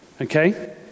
Okay